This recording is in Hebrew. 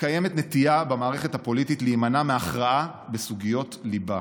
קיימת נטייה במערכת הפוליטית להימנע מהכרעה בסוגיות ליבה,